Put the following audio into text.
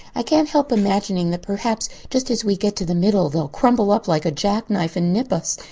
i can't help imagining that perhaps just as we get to the middle, they'll crumple up like a jack-knife and nip us.